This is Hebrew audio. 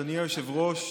אדוני היושב-ראש,